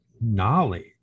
knowledge